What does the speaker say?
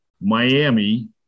Miami